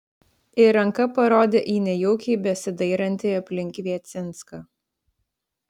ir ranka parodė į nejaukiai besidairantį aplink kviecinską